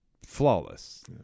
flawless